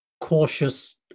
cautious